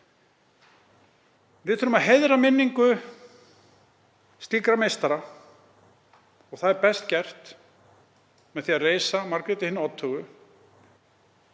Við þurfum að heiðra minningu slíkra meistara og það verður best gert með því að reisa Margréti hinni oddhögu